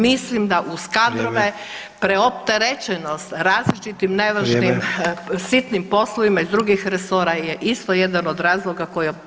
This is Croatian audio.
Mislim da uz kadrove [[Upadica: Vrijeme.]] preopterećenost različitim nevažnim sitnim [[Upadica: Vrijeme.]] poslovima iz drugih resora je isto jedan od razloga koje